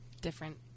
different